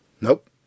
Nope